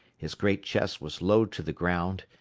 his great chest was low to the ground,